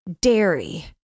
Dairy